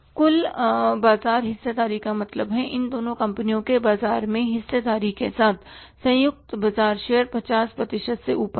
कुल बाजार हिस्सेदारी का मतलब है इन दोनों कंपनियों के बाजार में हिस्सेदारी के साथ संयुक्त बाजार शेयर 50 प्रतिशत से ऊपर था